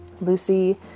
Lucy